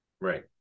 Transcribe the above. Right